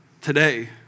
Today